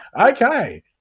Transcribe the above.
Okay